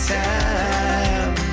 time